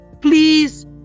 please